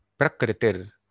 Prakritir